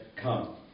come